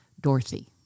Dorothy